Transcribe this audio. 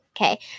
Okay